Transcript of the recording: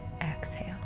exhale